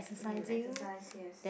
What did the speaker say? um exercise yes